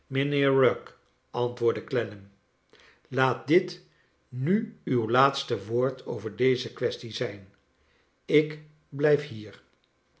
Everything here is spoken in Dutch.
rugg antwoordde clennam laat dit nu uw laatste woord over deze kwestie zijn ik blijf hier